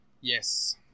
Yes